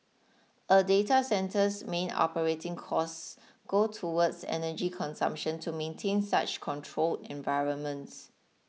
a data centre's main operating costs go towards energy consumption to maintain such controlled environments